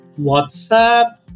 WhatsApp